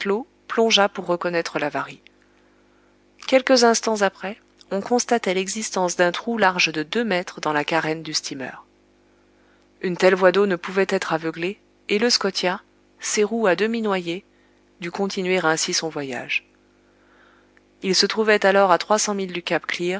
plongea pour reconnaître l'avarie quelques instants après on constatait l'existence d'un trou large de deux mètres dans la carène du steamer une telle voie d'eau ne pouvait être aveuglée et le scotia ses roues à demi noyées dut continuer ainsi son voyage il se trouvait alors à